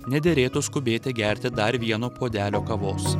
nederėtų skubėti gerti dar vieno puodelio kavos